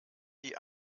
die